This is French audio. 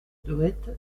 dohette